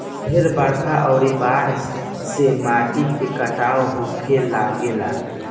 ढेर बरखा अउरी बाढ़ से माटी के कटाव होखे लागेला